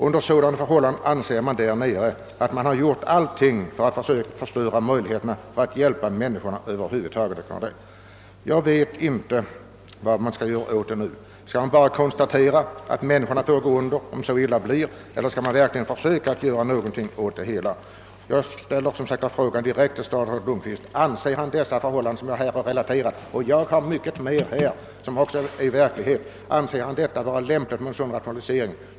Under sådana förhållanden anser man där nere att allting gjorts för att förstöra möjligheterna att hjälpa människorna över huvud taget. Jag vet inte vad man nu skall göra åt saken. Skall man bara konstatera att människorna får gå under eller skall man verkligen försöka göra något åt det hela. Jag ställer den direkta frågan till statsrådet Lundkvist: Anser statsrådet de förhållanden jag relaterat vara bra? Anser han den vidtagna rationaliseringen vara lämplig?